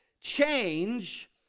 change